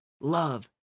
love